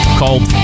called